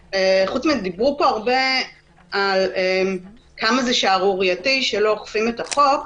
דיברו פה הרבה על כמה זה שערורייתי שלא אוכפים את החוק.